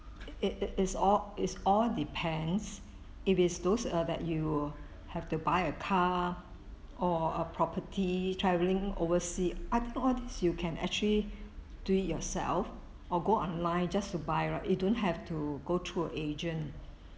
it it it is all is all depends if is those uh that you have to buy a car or a property travelling overseas I think all these you can actually do it yourself or go online just to buy right you don't have to go through agent